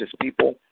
people